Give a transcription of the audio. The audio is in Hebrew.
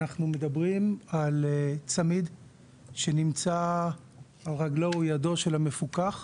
אנחנו מדברים על צמיד שנמצא על רגלו או ידו של המפוקח,